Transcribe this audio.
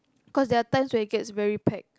cause there are times where it gets very packed